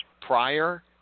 prior